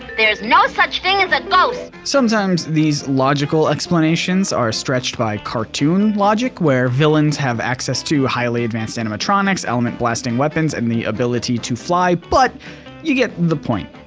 there's no such thing as a ghost. sometimes these logical explanations are stretched by cartoon logic where villains have access to highly advanced animatronics, element-blasting weapons, and the ability to fly but you get the point.